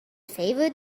favorite